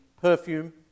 perfume